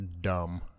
dumb